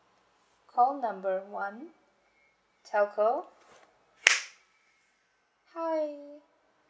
call number one telco hi